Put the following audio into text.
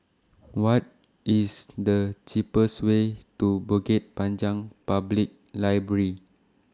What IS The cheapest Way to Bukit Panjang Public Library